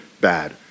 bad